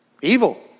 evil